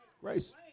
Grace